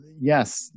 yes